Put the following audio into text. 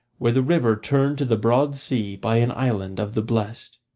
where the river turned to the broad sea, by an island of the blest.